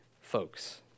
folks